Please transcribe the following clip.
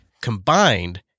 combined